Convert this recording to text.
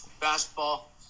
basketball